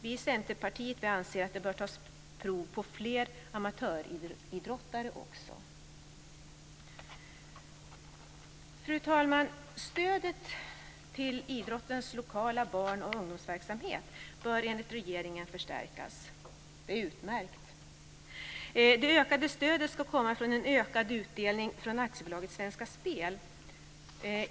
Vi i Centerpartiet anser att det bör tas prov på fler amatöridrottare också. Fru talman! Stödet till idrottens lokala barn och ungdomsverksamhet bör enligt regeringen förstärkas. Det är utmärkt. Det ökade stödet ska komma från en ökad utdelning från AB Svenska spel.